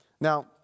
Now